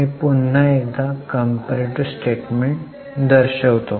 मी पुन्हा एकदा comparative statement दर्शवितो